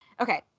Okay